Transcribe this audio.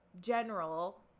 general